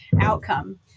outcome